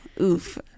Oof